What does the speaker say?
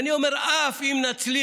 אני אומר: אף אם נצליח